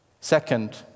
Second